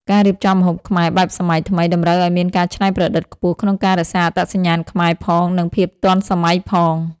ការរៀបចំម្ហូបខ្មែរបែបសម័យថ្មី តម្រូវឱ្យមានការច្នៃប្រឌិតខ្ពស់ក្នុងការរក្សាអត្តសញ្ញាណខ្មែរ ផង និងភាពទាន់សម័យ ផង។